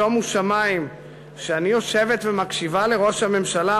שומו שמים: "כשאני יושבת ומקשיבה לראש הממשלה",